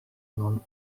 nun